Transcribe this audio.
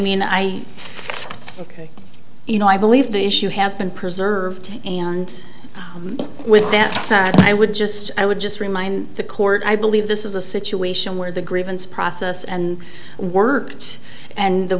mean you know i believe the issue has been preserved and with that said i would just i would just remind the court i believe this is a situation where the grievance process and words and the